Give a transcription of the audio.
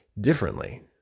differently